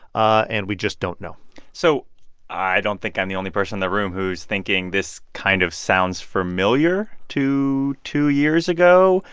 ah and we just don't know so i don't think i'm the only person in the room who's thinking this kind of sounds familiar to two years ago.